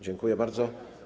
Dziękuję bardzo.